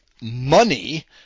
Money